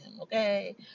okay